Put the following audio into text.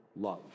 love